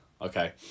Okay